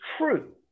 true